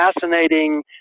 fascinating